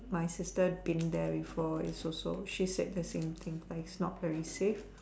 my sister didn't dare before is also she said the same thing but it's not very safe